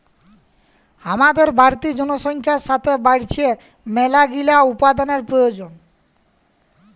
হামাদের বাড়তি জনসংখ্যার সাতে বাইড়ছে মেলাগিলা উপাদানের প্রয়োজন